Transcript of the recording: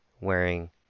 wearing